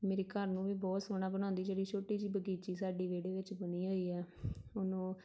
ਮੇਰੇ ਘਰ ਨੂੰ ਵੀ ਬਹੁਤ ਸੋਹਣਾ ਬਣਾਉਂਦੀ ਜਿਹੜੀ ਛੋਟੀ ਜਿਹੀ ਬਗੀਚੀ ਸਾਡੀ ਵਿਹੜੇ ਵਿੱਚ ਬਣੀ ਹੋਈ ਆ ਉਹਨੂੰ